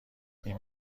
این